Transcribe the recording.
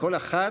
וכל אחת,